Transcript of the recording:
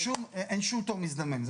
אין שום תור מזדמן.